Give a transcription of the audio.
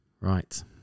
Right